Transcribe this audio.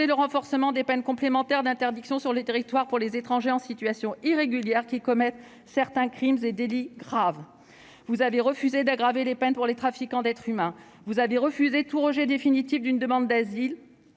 le renforcement des peines complémentaires d'interdiction du territoire pour les étrangers en situation irrégulière qui commettent certains crimes et délits graves. Vous avez refusé d'aggraver les peines pour les trafiquants d'êtres humains. Vous avez refusé que tout rejet définitif d'une demande d'asile